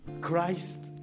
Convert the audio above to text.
Christ